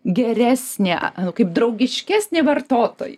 geresnė kaip draugiškesnė vartotojui